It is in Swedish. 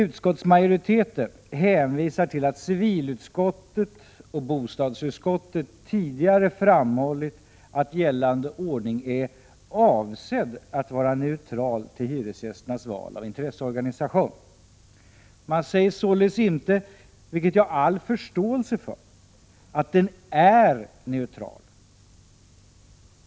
Utskottsmajoriteten hänvisar till att civilutskottet och bostadsutskottet tidigare framhållit att gällande ordning är avsedd att vara neutral till hyresgästernas val av intresseorganisation. Man säger således inte, vilket jag har all förståelse för, att den är neutral.